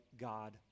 God